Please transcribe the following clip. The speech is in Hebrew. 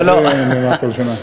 גם זה נאמר כל שנה.